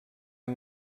han